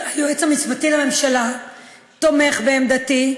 היועץ המשפטי לממשלה תומך בעמדתי,